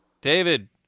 David